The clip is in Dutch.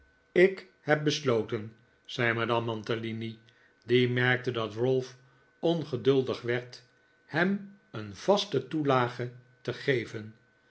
ik heb besloten zei madame mantalini die merkte dat ralph ongeduldig werd hem een vaste toelage te geven